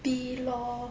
B law